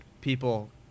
people